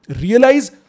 realize